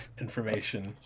information